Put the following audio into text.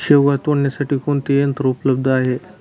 शेवगा तोडण्यासाठी कोणते यंत्र उपलब्ध आहे?